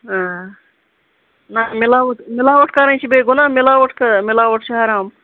آ نہَ مِلاوٹھ مِلاوٹھ کرٕنۍ چھےٚ بیٚیہِ گۅناہ مِلاوٹھ مِلاوٹھ چھِ حَرام